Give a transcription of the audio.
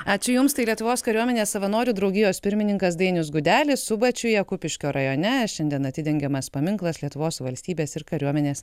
ačiū jums tai lietuvos kariuomenės savanorių draugijos pirmininkas dainius gudelis subačiuje kupiškio rajone šiandien atidengiamas paminklas lietuvos valstybės ir kariuomenės